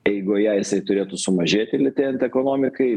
eigoje jisai turėtų sumažėti lėtėjant ekonomikai